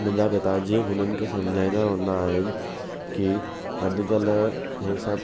मुंहिंजा पिताजी हुननि खे सम्झाईंदा हूंदा आहिनि की अॼुकल्ह इहे सभु